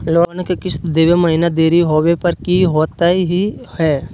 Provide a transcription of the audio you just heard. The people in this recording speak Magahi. लोन के किस्त देवे महिना देरी होवे पर की होतही हे?